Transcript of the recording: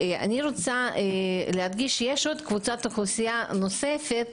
אני רוצה להדגיש שיש קבוצת אוכלוסייה נוספת,